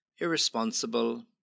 irresponsible